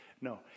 No